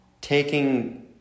taking